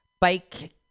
bike